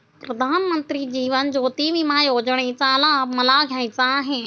प्रधानमंत्री जीवन ज्योती विमा योजनेचा लाभ मला घ्यायचा आहे